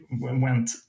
went